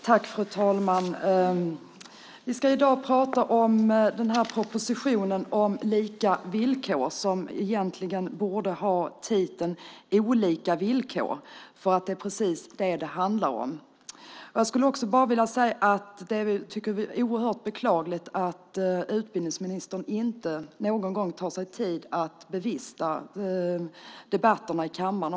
Fru talman! Vi ska i dag debattera propositionen om lika villkor. Egentligen borde den ha titeln Olika villkor, för det är vad det handlar om. Vi tycker att det är oerhört beklagligt att utbildningsministern inte någon gång tar sig tid att bevista debatterna i kammaren.